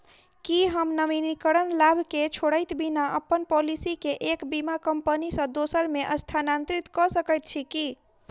की हम नवीनीकरण लाभ केँ छोड़इत बिना अप्पन पॉलिसी केँ एक बीमा कंपनी सँ दोसर मे स्थानांतरित कऽ सकैत छी की?